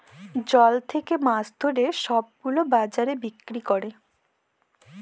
জল থাকে মাছ ধরে সব গুলো বাজারে বিক্রি করে